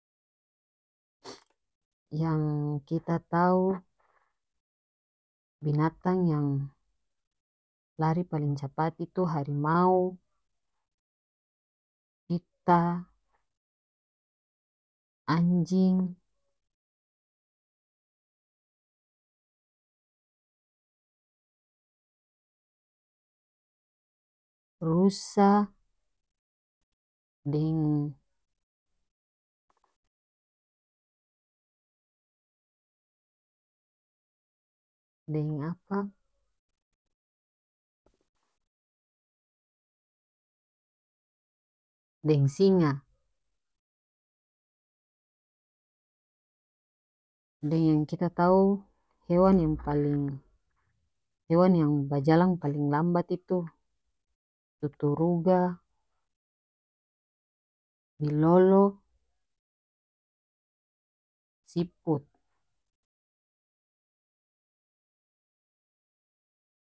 yang kita tau binatang yang lari paleng capat itu harimau anjing rusa deng deng apa-deng singa deng kita tau hewan yang paleng hewan yang bajalang paleng lambat itu tuturuga bilolo siput.